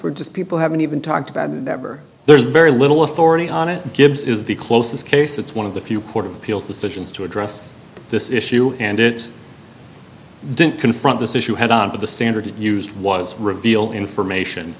just people haven't even talked about it ever there's very little authority on it gibbs is the closest case it's one of the few court of appeals decisions to address this issue and it didn't confront this issue head on to the standard he used was revealed information